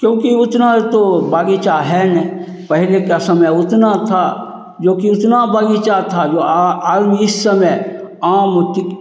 क्योंकि उतना तो बागीचा है नहीं पहले का समय उतना था जो कि उतना बागीचा था जो आज इस समय आम तिक